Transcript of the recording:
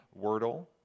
wordle